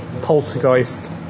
Poltergeist